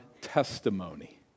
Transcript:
testimony